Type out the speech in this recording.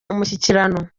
umushyikirano